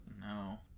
No